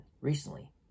recently